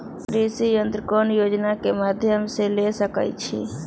कृषि यंत्र कौन योजना के माध्यम से ले सकैछिए?